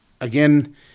again